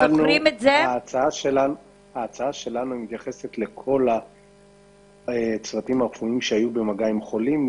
ההצעה שלנו מתייחסת לכל הצוותים הרפואיים שהיו במגע עם חולים.